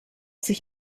sich